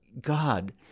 God